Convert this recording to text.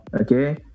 Okay